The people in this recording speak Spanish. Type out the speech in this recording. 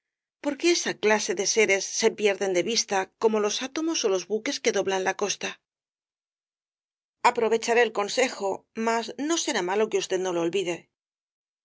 luna porque esa clase de seres se pierden de vista como los átomos ó los buques que doblan la costa ó rosalía de castro aprovecharé el consejo mas no será malo que usted no lo olvide